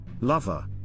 Lover